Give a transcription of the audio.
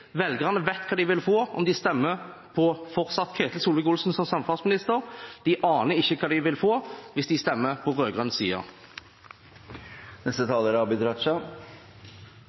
Velgerne vet hva de vil få om de stemmer for fortsatt å ha Ketil Solvik-Olsen som samferdselsminister. De aner ikke hva de vil få hvis de stemmer på